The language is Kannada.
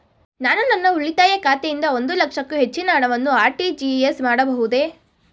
ನಾನು ನನ್ನ ಉಳಿತಾಯ ಖಾತೆಯಿಂದ ಒಂದು ಲಕ್ಷಕ್ಕೂ ಹೆಚ್ಚಿನ ಹಣವನ್ನು ಆರ್.ಟಿ.ಜಿ.ಎಸ್ ಮಾಡಬಹುದೇ?